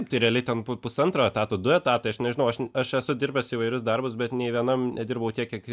tai realiai ten pu pusantro etato du etatai aš nežinau aš esu dirbęs įvairius darbus bet nė vienam nedirbau tiek kiek